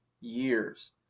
years